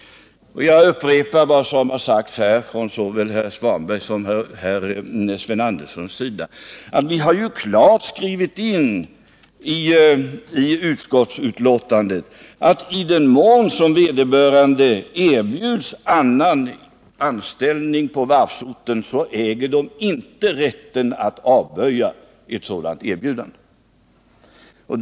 Jag upprepar vad som har sagts här av såväl Ingvar Svanberg som Sven Andersson. Vi har klart skrivit in i utskottsbetänkandet att i den mån vederbörande erbjuds annan anställning på varvsorten äger han inte rätt att avböja ett sådant erbjudande.